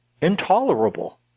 intolerable